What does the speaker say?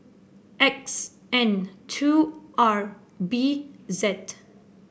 X N two R B Z